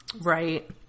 Right